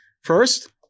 First –